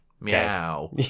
Meow